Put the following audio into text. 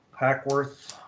Hackworth